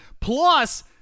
Plus